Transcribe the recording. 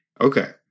Okay